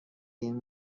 این